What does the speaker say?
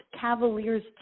Cavaliers